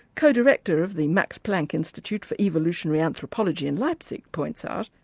co-director of the max planck institute for evolutionary anthropology in leipzig points out,